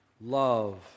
love